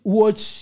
watch